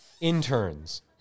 interns